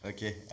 Okay